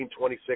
1926